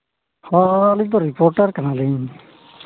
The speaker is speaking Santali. ᱦᱮᱸ ᱟᱹᱞᱤᱧ ᱫᱚ ᱨᱤᱯᱳᱴᱟᱨ ᱠᱟᱱᱟᱞᱤᱧ